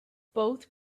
both